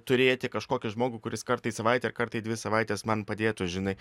turėti kažkokį žmogų kuris kartą į savaitę ar kartą į dvi savaites man padėtų žinai